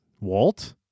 Walt